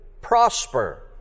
prosper